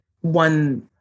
one